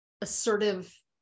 assertive